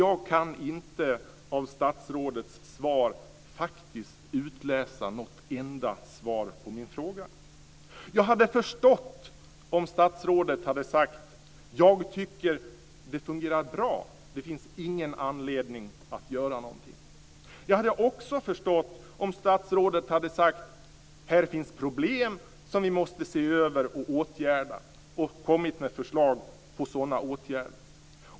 Av ministerns svar kan jag faktiskt inte utläsa att min fråga på något sätt besvaras. Jag hade förstått om ministern hade sagt att han tycker att det fungerar bra, att det inte finns anledning att göra någonting. Jag hade också förstått om ministern hade sagt att här finns det problem som måste ses över och åtgärdas och om han hade kommit med förslag till sådana åtgärder.